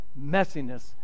messiness